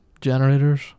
generators